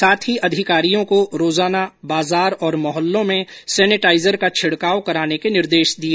साथ ही अधिकारियों को रोजाना बाजार और मोहल्लों में सैनेटाइजर का छिडकाव कराने के निर्देश दिए